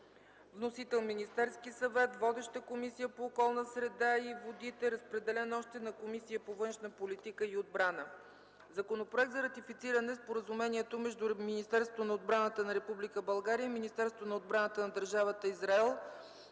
Вносител е Министерският съвет. Водеща е Комисията по околната среда и водите. Разпределен е и на Комисията по външна политика и отбрана. Законопроект за ратифициране на Споразумението между Министерството на отбраната на Република България и Министерството на отбраната на държавата Израел